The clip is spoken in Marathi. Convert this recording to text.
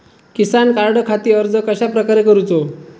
किसान कार्डखाती अर्ज कश्याप्रकारे करूचो?